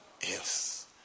Yes